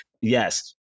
yes